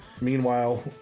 Meanwhile